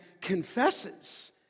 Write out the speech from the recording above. confesses